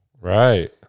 Right